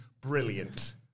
Brilliant